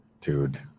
Dude